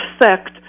effect